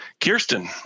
Kirsten